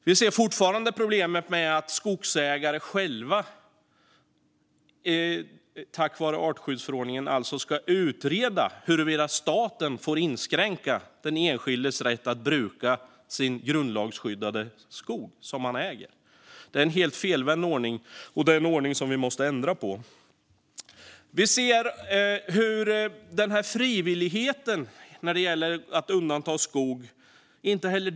Vi ser fortfarande problemet att skogsägare tack vare artskyddsförordningen själva ska utreda huruvida staten får inskränka den enskildes rätt att bruka den skog man har grundlagsskyddad äganderätt till. Det är en helt felvänd ordning, och det måste vi ändra på. Vi anser att inte heller frivilligheten gällande att undanta skog fungerar.